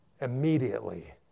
immediately